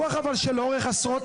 אבל בטוח שלאורך עשרות